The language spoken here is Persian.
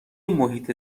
محیط